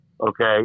okay